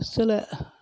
சில